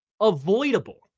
avoidable